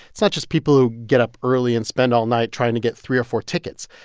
it's not just people who get up early and spend all night trying to get three or four tickets.